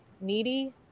needy